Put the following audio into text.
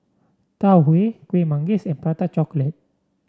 Tau Huay Kuih Manggis and Prata Chocolate